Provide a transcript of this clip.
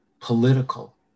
political